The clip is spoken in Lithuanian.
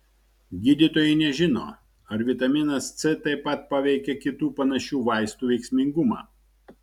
gydytojai nežino ar vitaminas c taip pat paveikia kitų panašių vaistų veiksmingumą